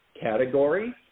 category